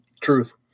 Truth